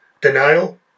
Denial